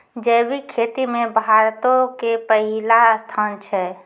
जैविक खेती मे भारतो के पहिला स्थान छै